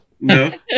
No